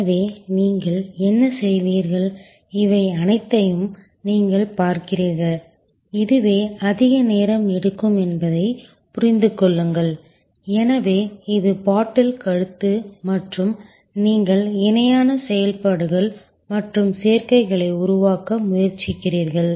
எனவே நீங்கள் என்ன செய்வீர்கள் இவை அனைத்தையும் நீங்கள் பார்க்கிறீர்கள் இதுவே அதிக நேரம் எடுக்கும் என்பதை புரிந்து கொள்ளுங்கள் எனவே இது பாட்டில் கழுத்து மற்றும் நீங்கள் இணையான செயல்பாடுகள் மற்றும் சேர்க்கைகளை உருவாக்க முயற்சிக்கிறீர்கள்